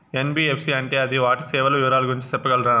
NBFC అంటే అది వాటి సేవలు వివరాలు గురించి సెప్పగలరా?